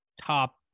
top –